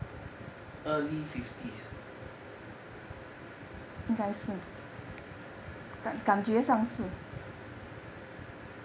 early fifties